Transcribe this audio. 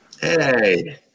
Hey